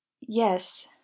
Yes